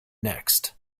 next